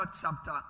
chapter